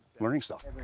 learning stuff.